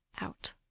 out